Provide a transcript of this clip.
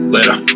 Later